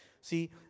See